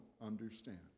understand